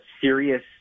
serious